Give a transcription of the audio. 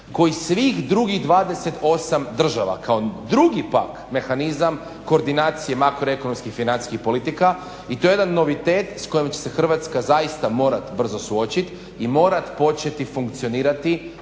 kojih svih drugih 28 država kao drugi pak mehanizam, koordinacije makroekonomskih i financijskih politika i to je jedan novitet s kojim će se Hrvatska zaista morati brzo suočiti i morat početi funkcionirati